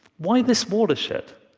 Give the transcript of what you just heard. why this watershed?